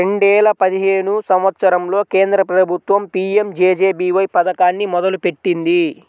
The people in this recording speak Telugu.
రెండేల పదిహేను సంవత్సరంలో కేంద్ర ప్రభుత్వం పీ.యం.జే.జే.బీ.వై పథకాన్ని మొదలుపెట్టింది